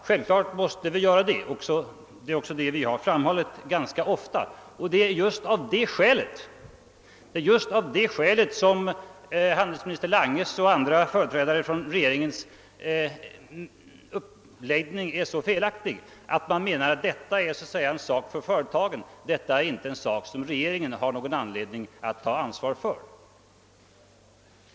Självklart måste vi göra det, vilket vi också ganska ofta har framhållit. Det är också av det skälet som handelsminister Langes och andra regeringsföreträdares uppfattning, att detta är en sak enbart för företagen och inte något som regeringen har någon anledning att ta ansvar för är så felaktig.